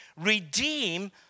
Redeem